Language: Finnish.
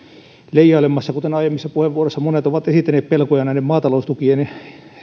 leijailemassa aiemmissa puheenvuoroissa monet ovat esittäneet pelkoja näiden maataloustukien